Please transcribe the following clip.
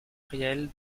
réelle